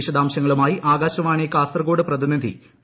വിശദാംശങ്ങളുമായി ആകാശവാണി കാസർകോട് പ്രതിനിധി പി